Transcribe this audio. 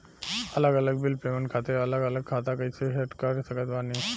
अलग अलग bill payment खातिर अलग अलग खाता कइसे सेट कर सकत बानी?